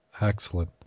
Excellent